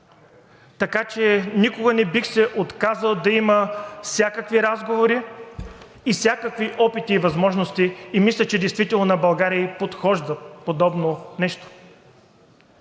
Така че никога не бих се отказал да има всякакви разговори и всякакви опити и възможности – мисля, че действително на България ѝ подхожда подобно нещо.